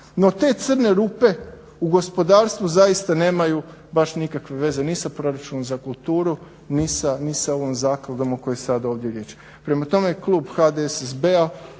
no te crne rupe u gospodarstvu zaista nemaju baš nikakve veze ni sa proračunom za kulturu, ni sa ovom zakladom o kojoj je sada ovdje riječ. Prema tome Klub HDSSB-a